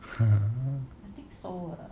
so